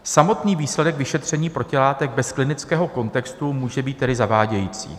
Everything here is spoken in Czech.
Samotný výsledek vyšetření protilátek bez klinického kontextu může být tedy zavádějící.